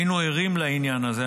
היינו ערים לעניין הזה.